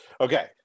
Okay